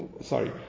sorry